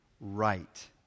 right